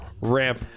Ramp